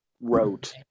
wrote